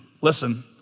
listen